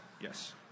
Yes